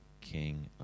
king